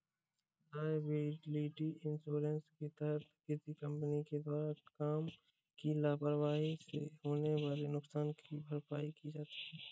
liability insurance के तहत किसी कंपनी के द्वारा काम की लापरवाही से होने वाले नुकसान की भरपाई की जाती है